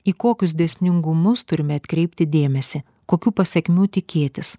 į kokius dėsningumus turime atkreipti dėmesį kokių pasekmių tikėtis